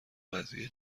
قضیه